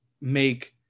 make